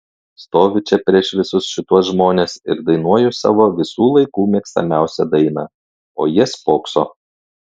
stoviu čia prieš visus šituos žmones ir dainuoju savo visų laikų mėgstamiausią dainą o jie spokso